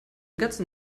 ganzen